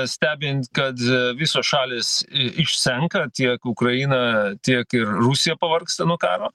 stebint kad visos šalys išsenka tiek ukraina tiek ir rusija pavargsta nuo karo